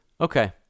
Okay